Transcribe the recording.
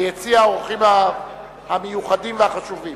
ביציע האורחים המיוחדים והחשובים.